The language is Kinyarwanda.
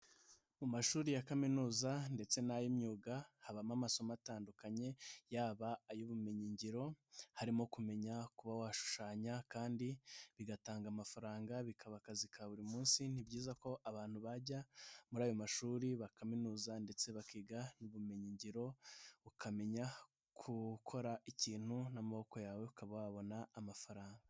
Mu mashuri ya kaminuza ndetse n'ay'imyuga habamo amasomo atandukanye yaba ay'ubumenyi ngiro, harimo kumenya kuba washushanya kandi bigatanga amafaranga bikaba akazi ka buri munsi, ni byiza ko abantu bajya muri ayo mashuri bakaminuza ndetse bakiga ubumenyi ngiro, ukamenya gukora ikintu n'amaboko yawe ukaba wabona amafaranga.